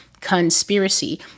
conspiracy